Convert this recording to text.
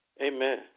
Amen